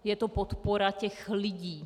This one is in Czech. Je to podpora těch lidí.